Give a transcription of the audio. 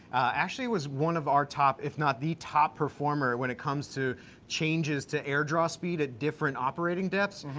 actually was one of our top, if not the top performer when it comes to changes to air draw speed at different operating depths.